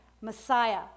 Messiah